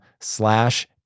slash